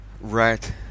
Right